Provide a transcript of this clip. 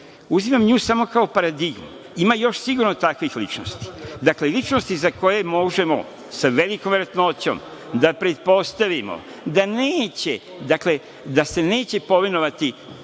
odbije. Uzimam nju samo kao paradigmu. Ima još sigurno takvih ličnosti. Dakle, ličnosti za koje možemo sa velikom verovatnoćom da pretpostavimo da se neće povinovati